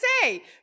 say